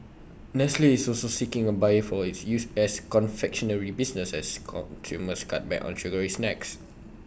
nestle is also seeking A buyer for its U S confectionery business as consumers cut back on sugary snacks